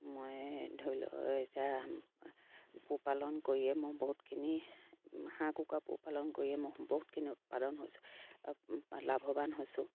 মই ধৰি লওক এতিয়া পোহপালন কৰিয়ে মই বহুতখিনি হাঁহ কুকুৰা পোহপালন কৰিয়ে মই বহুতখিনি উৎপাদন হৈছোঁ লাভৱান হৈছোঁ